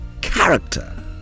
character